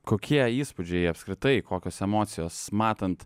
kokie įspūdžiai apskritai kokios emocijos matant